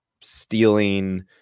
stealing